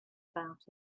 about